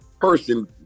person